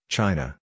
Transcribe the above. China